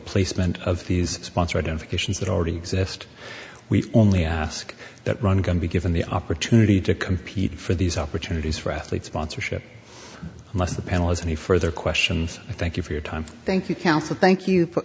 placement of these sponsor identifications that already exist we only ask that run gun be given the opportunity to compete for these opportunities for athletes sponsorship unless the panel is any further questions i thank you for your time thank you counsel thank you